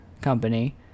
Company